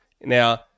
Now